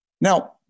Now